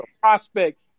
prospect